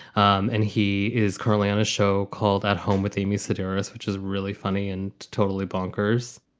um and he is currently on a show called at home with amy sedaris, which is really funny and totally bonkers.